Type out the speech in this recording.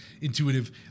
intuitive